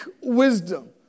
wisdom